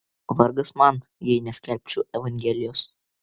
vargas man jei neskelbčiau evangelijos